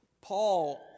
Paul